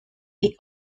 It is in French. est